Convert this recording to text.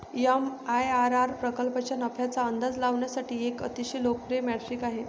MIRR प्रकल्पाच्या नफ्याचा अंदाज लावण्यासाठी एक अतिशय लोकप्रिय मेट्रिक आहे